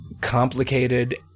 complicated